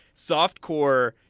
softcore